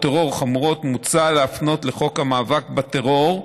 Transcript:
מוצע להפנות לחוק המאבק בטרור.